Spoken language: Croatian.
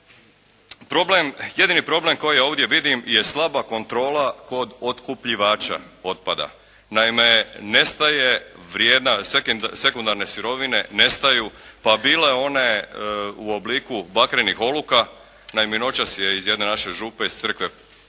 jedini problem koji ja ovdje vidim je slaba kontrola kod otkupljivača otpada. Naime, nestaje vrijedna, sekundarne sirovine nestaju pa bile one u obliku bakrenih oluka. Naime, noćas je iz jedne naše župe iz crkve